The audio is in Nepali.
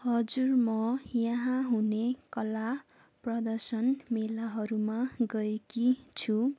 हजुर म यहाँ हुने कला प्रदर्शन मेलाहरूमा गएकी छु